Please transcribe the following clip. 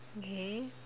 okay